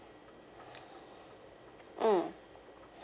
mm